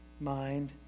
mind